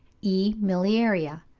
e. miliaria.